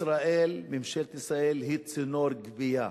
ישראל, ממשלת ישראל, היא צינור גבייה.